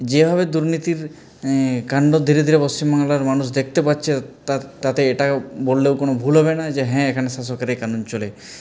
যেভাবে দুর্নীতির কান্ড ধীরে ধীরে পশ্চিমবাংলার মানুষ দেখতে পাচ্ছে তাত তাতে এটা বললেও কোনো ভুল হবে না যে হ্যাঁ এখানে শাসকেরই কানুন চলে